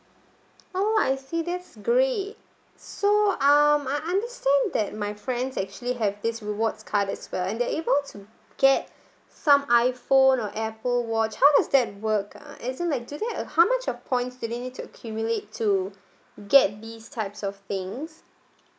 oh I see that's great so um I understand that my friends actually have this rewards card as well and they're able to get some iPhone or Apple watch how does that work ah is it like do there uh how much of points do you need to accumulate to get these types of things